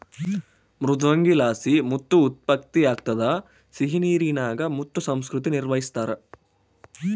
ಮೃದ್ವಂಗಿಲಾಸಿ ಮುತ್ತು ಉತ್ಪತ್ತಿಯಾಗ್ತದ ಸಿಹಿನೀರಿನಾಗ ಮುತ್ತು ಸಂಸ್ಕೃತಿ ನಿರ್ವಹಿಸ್ತಾರ